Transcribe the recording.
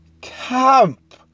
Camp